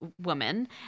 woman